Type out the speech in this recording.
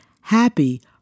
happy